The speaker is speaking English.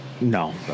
No